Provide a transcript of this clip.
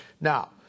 Now